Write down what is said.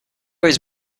was